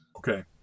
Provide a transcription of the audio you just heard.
Okay